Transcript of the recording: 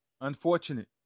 unfortunate